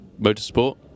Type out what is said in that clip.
motorsport